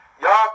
Y'all